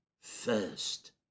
first